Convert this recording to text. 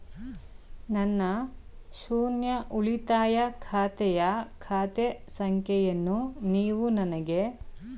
ನನ್ನ ಶೂನ್ಯ ಉಳಿತಾಯ ಖಾತೆಯ ಖಾತೆ ಸಂಖ್ಯೆಯನ್ನು ನೀವು ನನಗೆ ಹೇಳಬಲ್ಲಿರಾ?